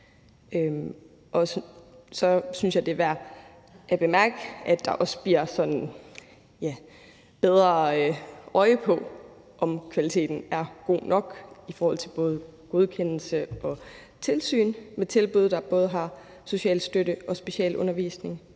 Jeg synes også, det er værd at bemærke, at der også bliver holdt bedre øje med, om kvaliteten er god nok i forhold til både godkendelse og tilsyn med tilbud, der både har social støtte og specialundervisning.